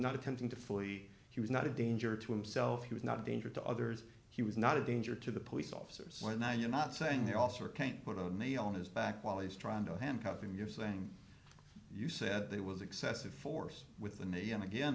not attempting to flee he was not a danger to himself he was not a danger to others he was not a danger to the police officers when one you're not saying the officer can't put on a on his back while he's trying to handcuff him you're saying you said there was excessive force with the knee and again